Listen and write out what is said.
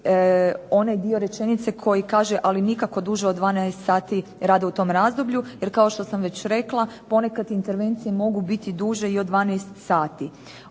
onaj dio rečenice koji kaže "ali nikako duže od 12 sati rada u tom razdoblju", jer kao što sam već rekla ponekad intervencije mogu biti duže i od 12 sati.